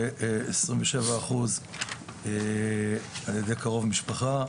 ועשרים ושבעה אחוז על ידי קרוב משפחה.